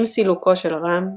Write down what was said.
עם סילוקו של רהם,